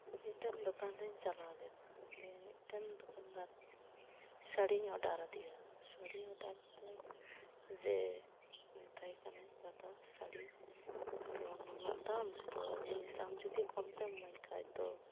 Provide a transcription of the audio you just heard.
ᱢᱤᱫᱴᱮᱱ ᱫᱚᱠᱟᱱ ᱨᱮᱧ ᱪᱟᱞᱟᱣ ᱞᱮᱱᱟ ᱫᱤᱭᱮ ᱢᱤᱫᱴᱮᱱ ᱫᱚᱠᱟᱱᱫᱟᱨ ᱥᱟᱲᱤᱧ ᱚᱰᱟᱨ ᱟᱫᱤᱭᱟ ᱥᱟᱲᱤ ᱚᱰᱟᱨᱛᱮ ᱡᱮ ᱢᱮᱛᱟᱭ ᱠᱟᱹᱱᱟᱹᱧ ᱫᱟᱫᱟ ᱥᱟᱲᱤ ᱫᱚ ᱱᱩᱱᱟᱹᱜ ᱫᱟᱢ ᱛᱚ ᱡᱤᱱᱤᱥ ᱟᱢᱡᱚᱫᱤ ᱠᱚᱢᱛᱮᱢ ᱤᱢᱟᱹᱧ ᱠᱷᱟᱡ ᱫᱚ